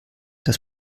dass